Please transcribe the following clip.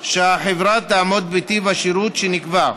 שהחברה תעמוד בטיב השירות שנקבע.